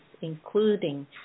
including